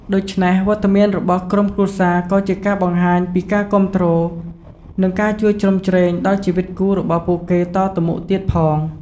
ដូច្នេះ វត្តមានរបស់ក្រុមគ្រួសារក៏ជាការបង្ហាញពីការគាំទ្រ និងការជួយជ្រោមជ្រែង ដល់ជីវិតគូរបស់ពួកគេតទៅមុខទៀតផង។